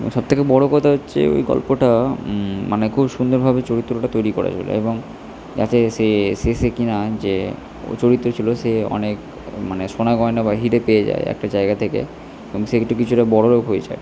এবং সব থেকে বড়ো কথা হচ্ছে ওই গল্পটা মানে খুব সুন্দরভাবে চরিত্রটা তৈরি এবং যাতে সে শেষে কি না যে প্রচলিত ছিলো সে অনেক মানে সোনা গয়না বা হিরে পেয়ে যায় একটা জায়গা থেকে এবং সে একটু কিছুটা বড়োলোক হয়ে যায়